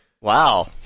Wow